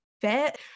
fit